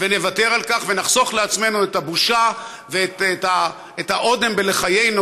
ונוותר על כך ונחסוך לעצמנו את הבושה ואת האודם בלחיינו